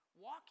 Walk